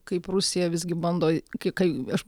kaip rusija visgi bando kai aš